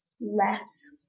less